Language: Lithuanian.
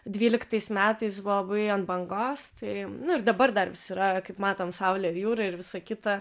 dvyliktais metais buvo labai ant bangos tai nu ir dabar dar yra kaip matom saulė ir jūra ir visa kita